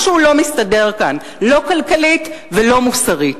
משהו לא מסתדר כאן, לא כלכלית ולא מוסרית.